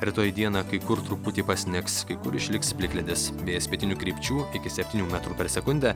rytoj dieną kai kur truputį pasnigs kai kur išliks plikledis vėjas pietinių krypčių iki septynių metrų per sekundę